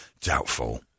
Doubtful